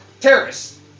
terrorists